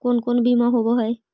कोन कोन बिमा होवय है?